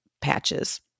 patches